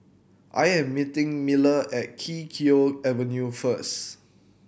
I am meeting Miller at Kee Choe Avenue first